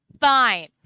fine